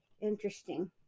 Interesting